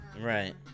Right